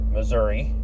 Missouri